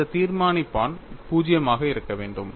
அந்த தீர்மானிப்பான் 0 ஆக இருக்க வேண்டும்